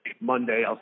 Monday